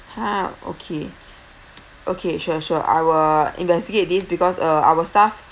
ha okay okay sure sure I will investigate these because uh our staff